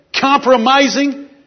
compromising